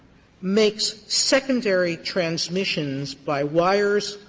makes secondary transmissions by wires,